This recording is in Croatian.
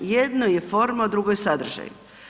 Jedno je forma, a drugo je sadržaj.